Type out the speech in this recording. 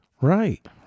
Right